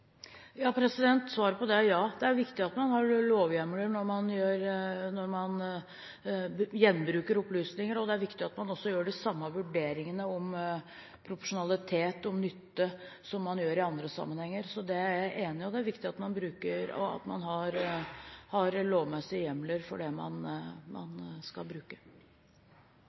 Svaret på det er ja. Det er viktig at man har lovhjemler når man gjenbruker opplysninger, og det er viktig at man også gjør de samme vurderingene om proporsjonalitet og nytte som man gjør i andre sammenhenger. Så det er jeg enig i. Det er viktig at man har lovmessige hjemler for det man skal bruke.